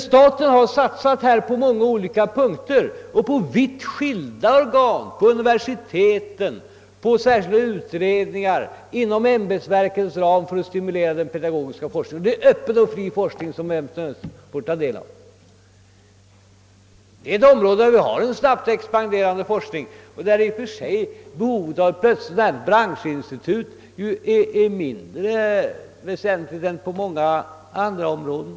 Staten har på olika punkter och genom skilda organ satsat stora belopp inom ämdbetsverkens ram, pengar som har gått till universitet och särskilda utredningar, för att stimulera en öppen och fri pedagogisk forskning. Detta är sålunda ett område där vi haft en mycket snabb expansion och där det i och för sig finns mindre behov av ett särskilt branschinstitut än på många andra områden.